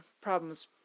problems